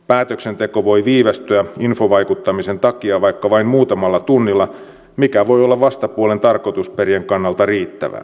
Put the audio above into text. päätöksenteko voi viivästyä infovaikuttamisen takia vaikka vain muutamalla tunnilla mikä voi olla vastapuolen tarkoitusperien kannalta riittävää